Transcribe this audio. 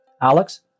Alex